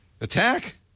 attack